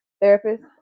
therapist